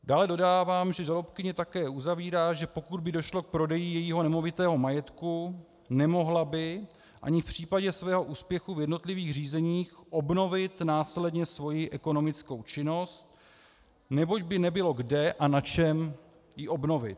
Dále dodávám, že žalobkyně také uzavírá, že pokud by došlo k prodeji jejího nemovitého majetku, nemohla by ani v případě svého úspěchu v jednotlivých řízeních obnovit následně svoji ekonomickou činnost, neboť by nebylo kde a na čem ji obnovit.